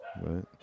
right